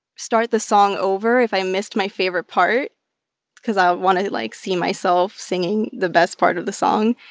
start the song over if i missed my favorite part because i want to, like, see myself singing the best part of the song.